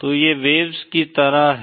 तो ये वेव्स की तरह हैं